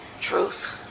truth